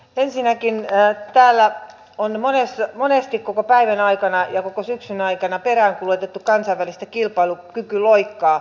ensinnäkin täällä on monesti koko päivän aikana ja koko syksyn aikana peräänkuulutettu kansainvälistä kilpailukykyloikkaa